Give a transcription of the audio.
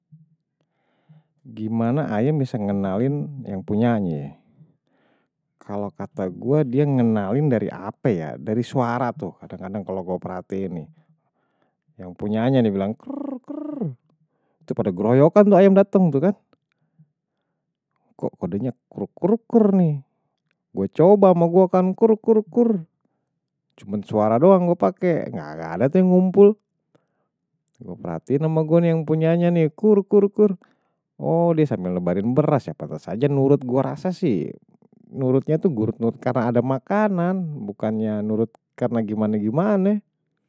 Gimana ayam bisa ngenalin yang punya-nya ya, kalau kata gue dia ngenalin dari apa ya, dari suara tuh kadang kadang kalau gue perhatiin nih. Yang punyanya dia bilang krrrr krrrr, itu pada groyokan tuh ayam datang tuh kan, kok kode nya kurr kurr kurr nih. Gue coba mau gue akan kurr kurr kurr, cuma suara doang gue pakai, gak ada tuh yang ngumpul. Gue perhatiin sama gue nih yang punya-nya nih, kurr kurr kurr. Oh dia sambil lebarin beras ya, pantas saja nurut gue rasa sih. Nurutnya tuh nurut, nurutnya karena ada makanan, bukannya nurut karena gimana gimana.